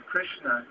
Krishna